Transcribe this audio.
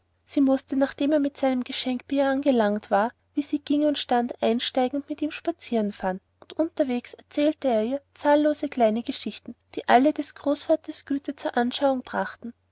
sie mußte nachdem er mit seinem geschenk bei ihr angelangt war wie sie ging und stand einsteigen und mit ihm spazieren fahren und unterwegs erzählte er ihr zahllose kleine geschichten die alle des großvaters güte zur anschauung brachten